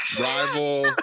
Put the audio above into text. rival